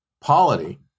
polity